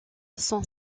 son